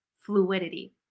fluidity